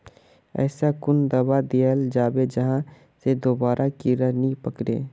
ऐसा कुन दाबा दियाल जाबे जहा से दोबारा कीड़ा नी पकड़े?